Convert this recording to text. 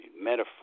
metaphor